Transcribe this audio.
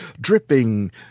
dripping